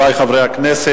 בבקשה.